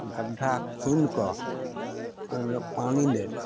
गड्ढा खुनि कऽ ओइमे पानि दै लए